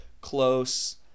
close